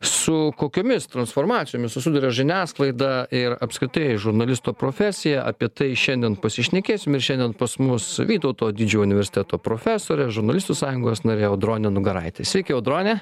su kokiomis transformacijomis susiduria žiniasklaida ir apskritai žurnalisto profesija apie tai šiandien pasišnekėsim ir šiandien pas mus vytauto didžio universiteto profesorė žurnalistų sąjungos narė audronė nugaraitė sveiki audrone